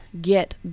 get